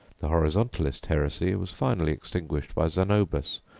the horizontalist heresy was finally extinguished by xanobus,